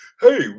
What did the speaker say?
hey